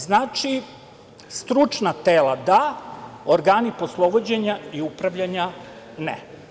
Znači, stručna tela da, organi poslovođenja i upravljanja ne.